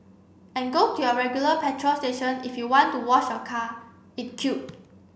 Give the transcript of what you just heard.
and go to your regular petrol station if you want to wash your car it quip